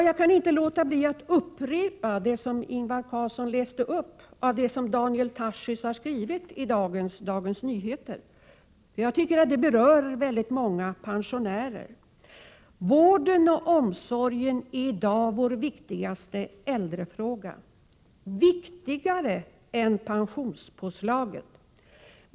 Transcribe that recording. Jag kan inte låta bli att upprepa det Ingvar Carlsson läste upp ur den artikel som Daniel Tarschys har skrivit i dagens nummer av Dagens Nyheter. Det berör nämligen många pensionärer. Han skriver så här: ”Vården och omsorgen är i dag vår viktigaste äldrefråga. Viktigare än pensionspåslaget.